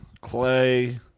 Clay